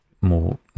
more